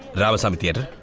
ramasammy theater,